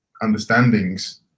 understandings